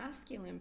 masculine